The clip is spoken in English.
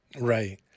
Right